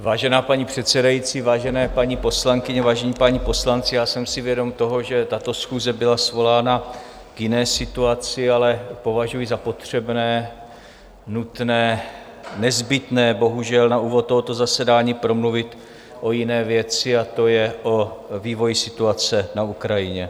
Vážená paní předsedající, vážené paní poslankyně, vážení páni poslanci, já jsem si vědom toho, že tato schůze byla svolána k jiné situaci, ale považuji za potřebné, nutné, nezbytné bohužel na úvod tohoto zasedání promluvit o jiné věci a to je o vývoji situaci na Ukrajině.